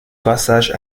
passage